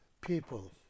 people